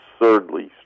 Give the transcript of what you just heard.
absurdly